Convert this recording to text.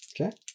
Okay